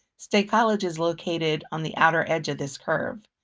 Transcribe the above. state college is located on the outer edge of this curve.